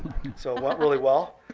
so went really well.